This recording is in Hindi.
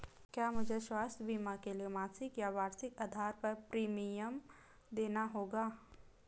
क्या मुझे स्वास्थ्य बीमा के लिए मासिक या वार्षिक आधार पर प्रीमियम देना होगा?